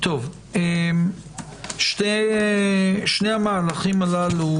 שני המהלכים הללו